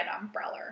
umbrella